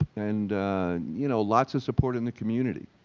and you know, lots of support in the community.